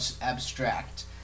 abstract